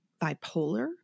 bipolar